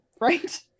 right